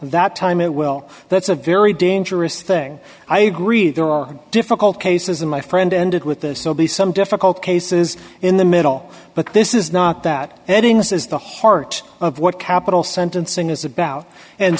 that time it will that's a very dangerous thing i agree there are difficult cases in my friend ended with this so be some difficult cases in the middle but this is not that eddings is the heart of what capital sentencing is about and